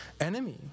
enemy